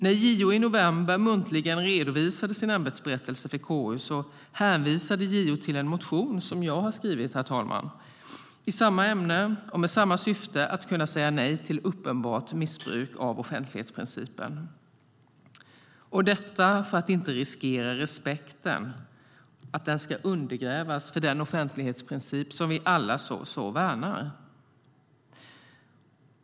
När JO i november muntligen redovisade sin ämbetsberättelse för KU hänvisade JO till en motion som jag har skrivit, herr talman, i samma ämne och med samma syfte: att kunna säga nej till uppenbart missbruk av offentlighetsprincipen, detta för att inte riskera att respekten för den offentlighetsprincip som vi alla värnar undergrävs.